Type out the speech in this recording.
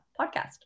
podcast